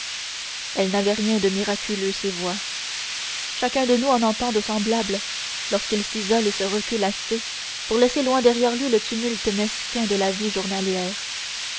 elles n'avaient rien de miraculeux ces voix chacun de nous en entend de semblables lorsqu'il s'isole et se recueille assez pour laisser loin derrière lui le tumulte mesquin de la vie journalière